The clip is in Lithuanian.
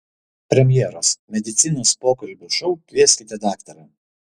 premjeros medicinos pokalbių šou kvieskite daktarą